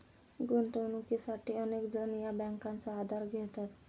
गुंतवणुकीसाठी अनेक जण या बँकांचा आधार घेतात